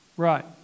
Right